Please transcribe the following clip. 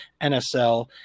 NSL